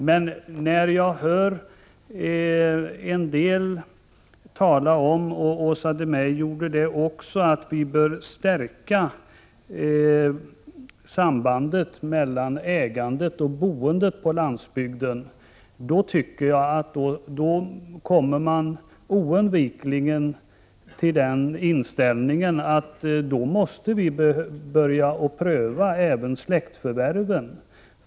Men när jag hör några ledamöter, även Åsa Domeij, tala om att vi bör stärka sambandet mellan ägandet och boendet på landsbygden, tycker jag att vi oundvikligen kommer till den inställningen att vi måste börja pröva även släktförvärven.